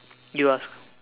you ask